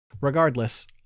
Regardless